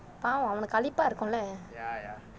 பாவம் அவனுக்கு சலிப்ப இருக்கும்:pavam avanukku salippa irukkum leh